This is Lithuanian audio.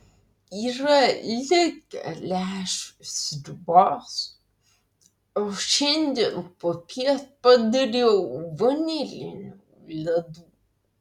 yra likę lęšių sriubos o šiandien popiet padariau vanilinių ledų